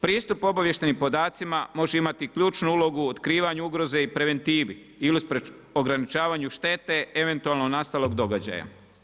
Pristup obavještajnim podacima može imati ključnu ulogu, otkrivanje ugroze i preventivi ili ograničavanju štete eventualno nastalog događaja.